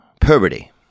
Puberty